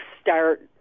start